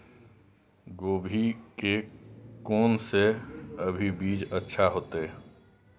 गोभी के कोन से अभी बीज अच्छा होते?